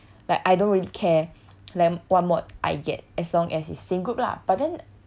like I don't really care what mods I get as long as it's same group lah but then